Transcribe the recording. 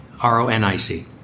R-O-N-I-C